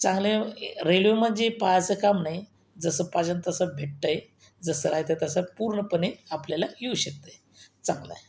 चांगले रेल्वे म्हणजे पहायचं काम नाही जसं पाहिजेन तसं भेटतंय जसं राहते तसं पूर्णपणे आपल्याला येऊ शकतं आहे चांगलं आहे